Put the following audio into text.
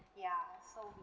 ya so